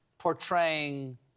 Portraying